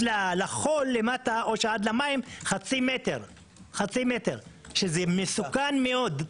לחול למטה או עד למים זה חצי מטר שזה מסוכן מאוד,